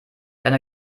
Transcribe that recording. einer